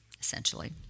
essentially